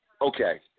okay